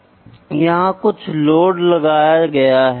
इसलिए पहली चुनौती यह है कि यह एक लोचदार सामग्री है